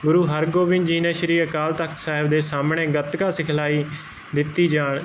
ਗੁਰੂ ਹਰਗੋਬਿੰਦ ਜੀ ਨੇ ਸ਼੍ਰੀ ਅਕਾਲ ਤਖ਼ਤ ਸਾਹਿਬ ਦੇ ਸਾਹਮਣੇ ਗਤਕਾ ਸਿਖਲਾਈ ਦਿੱਤੀ ਜਾਨ